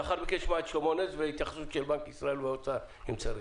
לאחר מכן נשמע את שלמה נס ואת ההתייחסות של בנק ישראל והאוצר אם צריך.